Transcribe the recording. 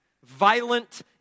violent